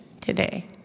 today